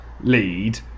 lead